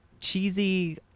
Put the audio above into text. cheesy